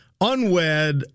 unwed